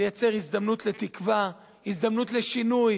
תייצר הזדמנות לתקווה, הזדמנות לשינוי,